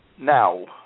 Now